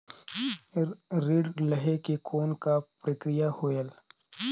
ऋण लहे के कौन का प्रक्रिया होयल?